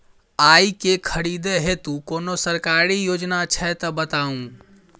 आइ केँ खरीदै हेतु कोनो सरकारी योजना छै तऽ बताउ?